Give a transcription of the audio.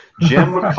Jim